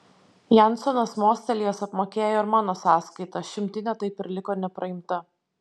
jansonas mostelėjęs apmokėjo ir mano sąskaitą šimtinė taip ir liko nepraimta